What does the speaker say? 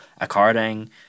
according